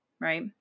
right